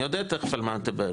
אני יודע על מה אתה מדבר.